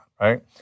Right